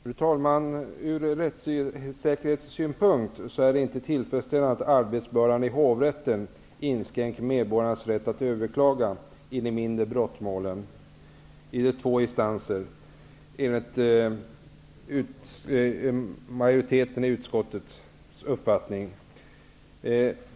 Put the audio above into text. Fru talman! Ur rättssäkerhetssynpunkt är det inte tillfredsställande att arbetsbördan i hovrätten inskränker medborgarnas rätt att i de mindre brottmålen överklaga i två instanser.